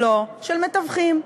לא, של מתווכים.